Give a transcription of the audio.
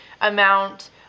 amount